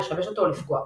לשבש אותו או לפגוע בו.